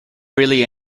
really